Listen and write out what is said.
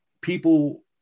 people